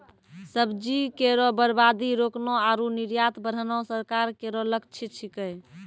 सब्जी केरो बर्बादी रोकना आरु निर्यात बढ़ाना सरकार केरो लक्ष्य छिकै